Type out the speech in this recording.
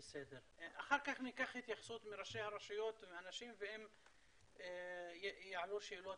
אחר כך ניקח התייחסות מראשי הרשויות והם יעלו שאלות.